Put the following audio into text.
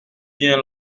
bien